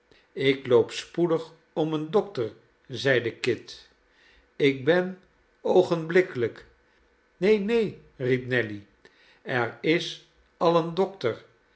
ik loop spoedig om een dokter zeide kit ik ben oogenblikkelijk neen neen riep nelly er is al een dokter